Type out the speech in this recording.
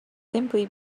simply